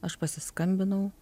aš pasiskambinau